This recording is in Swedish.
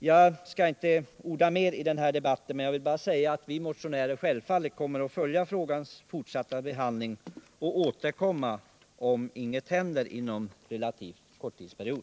Jag skall inte orda mer i den här frågan, men jag vill säga att vi motionärer självfallet kommer att följa dess fortsatta behandling och återkomma om inte något händer inom en relativt kort tidsperiod.